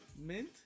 Mint